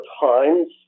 times